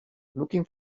looking